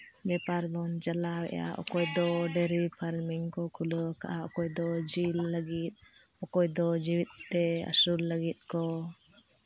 ᱵᱮᱯᱟᱨ ᱵᱚᱱ ᱪᱟᱞᱟᱣ ᱮᱜᱼᱟ ᱚᱠᱚᱭ ᱫᱚ ᱰᱮᱭᱨᱤ ᱯᱷᱟᱨᱢᱤᱝ ᱠᱚ ᱠᱷᱩᱞᱟᱹᱣ ᱠᱟᱜᱼᱟ ᱚᱠᱚᱭ ᱫᱚ ᱡᱤᱞ ᱞᱟᱹᱜᱤᱫ ᱚᱠᱚᱭ ᱫᱚ ᱡᱮᱣᱮᱫ ᱛᱮ ᱟᱹᱥᱩᱞ ᱞᱟᱹᱜᱤᱫ ᱠᱚ